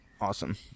Awesome